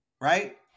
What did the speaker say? Right